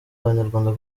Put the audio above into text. abanyarwanda